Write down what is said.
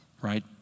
right